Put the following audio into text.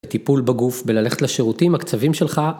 טיפול בגוף וללכת לשירותים הקצבים שלך.